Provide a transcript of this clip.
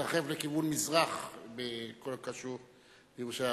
להתרחב לכיוון מזרח בכל הקשור לירושלים,